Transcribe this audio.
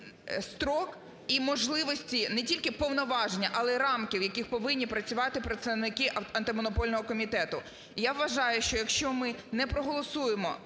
строк і можливості не тільки повноваження, але і рамки, в яких повинні працювати представники Антимонопольного комітету. І я вважаю, що якщо ми не проголосуємо